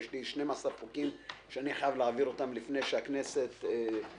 ויש לי 12 חוקים שאני חייב להעביר אותם לפני שהכנסת תתפזר.